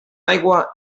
aigua